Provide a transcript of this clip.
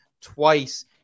twice